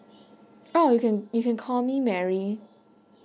oh you can you can call me mary